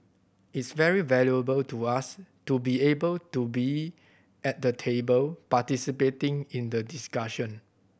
it's very valuable to us to be able to be at the table participating in the discussion